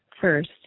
first